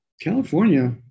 California